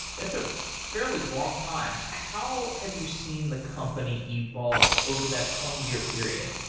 that's a fairly long time. how have you seen the company evolve over that twenty year period?